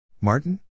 Martin